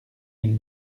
mille